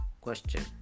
question